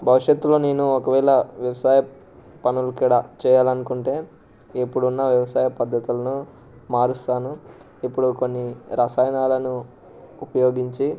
భవిష్యత్తులో నేను ఒకవేళ వ్యవసాయం పనులు కూడా చేయాలి అనుకుంటే ఇప్పుడున్న వ్యవసాయ పద్ధతులను మారుస్తాను ఇప్పుడు కొన్ని రసాయనాలను ఉపయోగించి